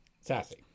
Sassy